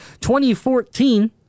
2014